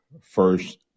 first